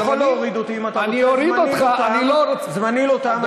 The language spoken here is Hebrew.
אתה יכול להוריד אותי אם אתה רוצה, זמני לא תם.